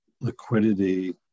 liquidity